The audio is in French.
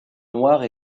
noire